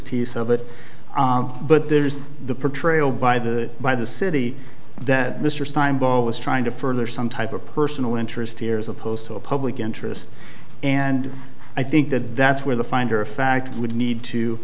piece of it but there's the portrayal by the by the city that mr stein bob was trying to further some type of personal interest here is opposed to a public interest and i think that that's where the finder of fact would need to